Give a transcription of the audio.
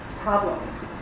problems